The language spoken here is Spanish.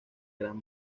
gran